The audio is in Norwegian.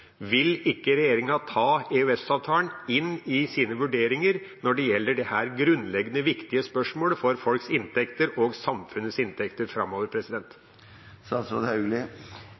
vil ikke regjeringa ta EØS-avtalen inn i sine vurderinger når det gjelder dette grunnleggende viktige spørsmålet for folks inntekter og samfunnets inntekter framover?